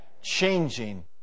Changing